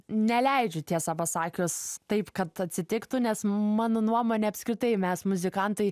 neleidžiu tiesą pasakius taip kad atsitiktų nes mano nuomone apskritai mes muzikantai